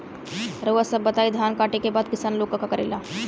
रउआ सभ बताई धान कांटेके बाद किसान लोग का करेला?